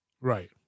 Right